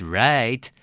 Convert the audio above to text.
right